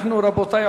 רבותי,